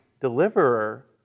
deliverer